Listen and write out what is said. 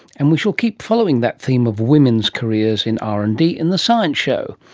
and we shall keep following that theme of women's careers in r and d in the science show.